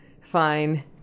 fine